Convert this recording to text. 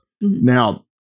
Now